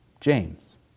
James